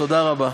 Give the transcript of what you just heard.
תודה רבה.